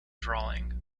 drawing